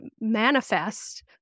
manifest